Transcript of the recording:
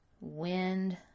wind